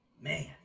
man